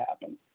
happen